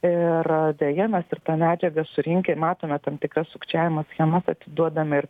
ir deja mes ir tą medžiagą surinkę ir matome tam tikras sukčiavimo schemas atiduodam ir